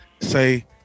say